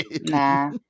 Nah